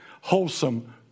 wholesome